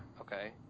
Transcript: Okay